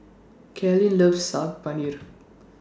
Cailyn loves Saag Paneer